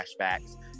flashbacks